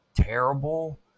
terrible